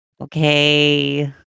Okay